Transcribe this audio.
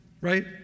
right